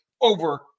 over